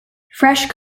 fresh